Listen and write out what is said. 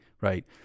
right